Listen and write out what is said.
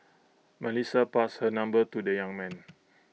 Melissa passed her number to the young man